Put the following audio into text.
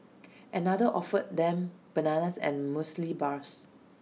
another offered them bananas and Muesli Bars